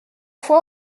fois